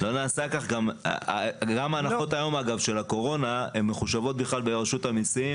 גם ההנחות של הקורונה מחושבות ברשות המסים,